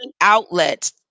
outlet